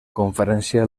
conferència